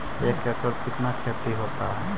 एक एकड़ कितना खेति होता है?